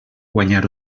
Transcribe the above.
guanyar